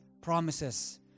promises